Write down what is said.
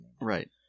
Right